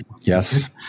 Yes